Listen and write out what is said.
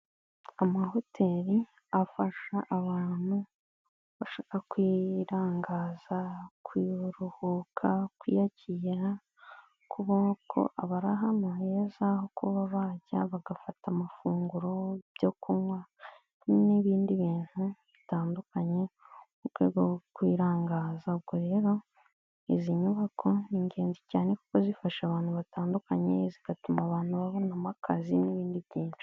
Amahoteri afasha abantu bashaka kwirangaza, kuruhuka, kwiyakira, kuko ubona ko aba ari ahantu heza ho kuba bajya, bagafata amafunguro, ibyo kunywa n'ibindi bintu bitandukanye, mu rwego rwo kwirangaza, ubwo rero izi nyubako ni ingenzi cyane kuko zifasha abantu batandukanye, zigatuma abantu babonamo akazi n'ibindi byinshi.